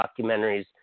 documentaries